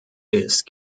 ist